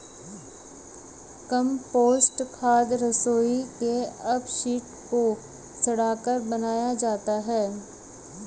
compost खाद रसोई के अपशिष्ट को सड़ाकर बनाया जाता है